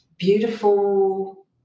Beautiful